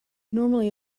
normally